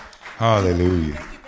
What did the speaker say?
Hallelujah